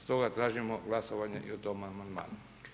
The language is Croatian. Stoga tražimo glasovanje i o tome amandmanu.